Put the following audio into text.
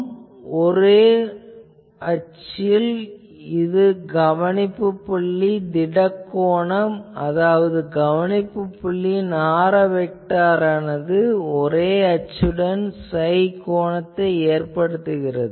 நமது அரே அச்சில் இது கவனிப்புப் புள்ளி திடக் கோணம் அதாவது கவனிப்புப் புள்ளியின் ஆர வெக்டாரானது அரே அச்சுடன் psi கோணத்தை ஏற்படுத்துகிறது